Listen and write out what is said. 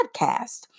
podcast